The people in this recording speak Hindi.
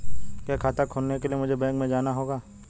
क्या खाता खोलने के लिए मुझे बैंक में जाना होगा?